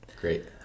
Great